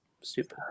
stupid